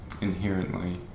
inherently